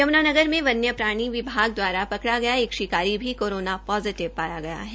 यम्ना में वन्य प्राणी विभाग दवारा पकड़ा गया शिकारी भी कोरोना पोजिटिव पाया गया है